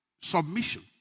submission